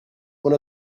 one